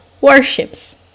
warships